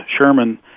Sherman